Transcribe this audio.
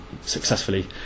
successfully